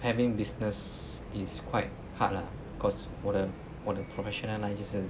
having business is quite hard lah cause 我的我的 professional line 就是